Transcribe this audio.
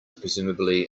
presumably